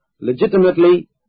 legitimately